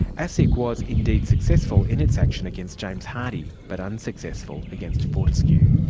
asic was indeed successful in its action against james hardie, but unsuccessful against fortescue.